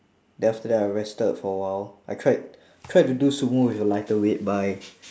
then after that I rested for a while I tried tried to do sumo with a lighter weight but I